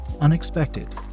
unexpected